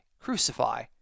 crucify